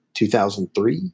2003